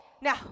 Now